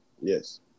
Yes